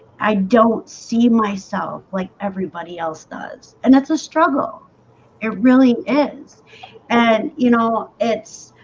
i don't see myself like everybody else does and it's a struggle it really is and you know, it's